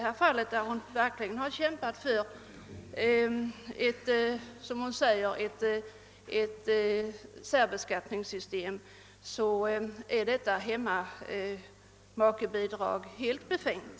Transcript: Särskilt som hon verkligen har kämpat för ett särbeskattningssystem, som hon säger, är detta hemmamakebidrag helt befängt.